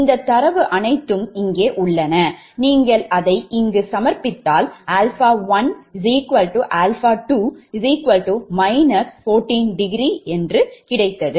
இந்த தரவு அனைத்தும் இங்கே உள்ளன நீங்கள் அதை இங்கு சமர்ப்பித்தால் 𝛼1𝛼2−14° என்று கிடைத்தது